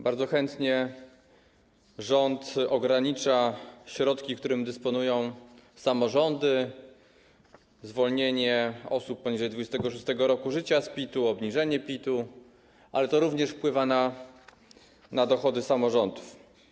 Bardzo chętnie rząd ogranicza środki, którymi dysponują samorządy - zwolnienie osób poniżej 26. roku życia z PIT-u, obniżenie PIT-u - ale to również wpływa na dochody samorządów.